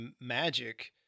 magic